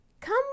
Come